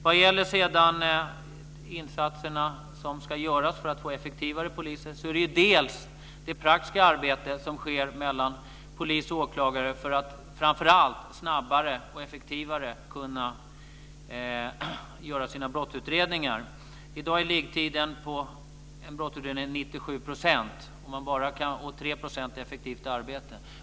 Vad beträffar de insatser som ska göras för att få effektivare poliser vill jag ta upp det praktiska arbete som sker när det gäller polis och åklagare framför allt för att dessa ska kunna göra sina brottsutredningar snabbare och effektivare. I dag är liggtiden för en brottsutredning 97 %, och 3 % är effektivt arbete.